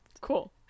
cool